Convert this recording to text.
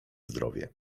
zdrowie